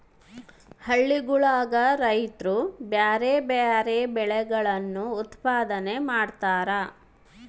ಹಳ್ಳಿಗುಳಗ ರೈತ್ರು ಬ್ಯಾರೆ ಬ್ಯಾರೆ ಬೆಳೆಗಳನ್ನು ಉತ್ಪಾದನೆ ಮಾಡತಾರ